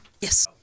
Yes